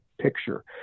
picture